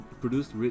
produced